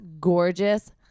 gorgeous